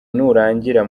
nurangira